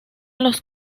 los